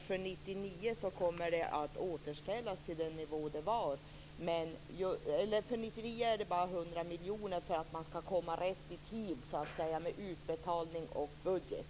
För 1999 behövs det bara 100 miljoner för att man skall komma rätt i tid med utbetalning och budget.